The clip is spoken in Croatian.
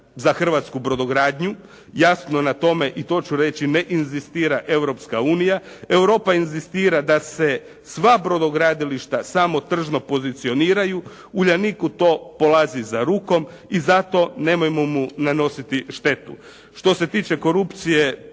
hrvatsku brodogradnju. Jasno na tome i to ću reći ne inzistira Europska unija. Europa inzistira da se sva brodogradilišta samo tržno pozicioniraju. Uljaniku to polazi za rukom i zato nemojmo mu nanositi štetu. Što se tiče korupcije